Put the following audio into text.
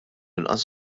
inqas